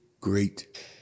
great